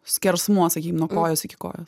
skersmuo sakykim nuo kojos iki kojos